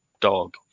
dog